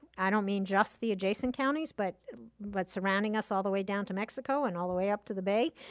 i don't mean just the adjacent counties but but surrounding us all the way down to mexico and all the way up to the bay.